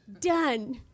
Done